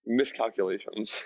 miscalculations